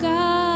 God